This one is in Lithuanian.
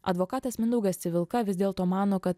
advokatas mindaugas civilka vis dėlto mano kad